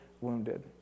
wounded